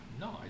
No